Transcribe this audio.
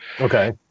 Okay